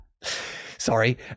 Sorry